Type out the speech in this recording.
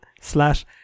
slash